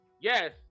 Yes